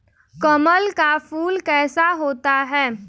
कमल का फूल कैसा होता है?